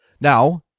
Now